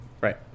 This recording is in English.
Right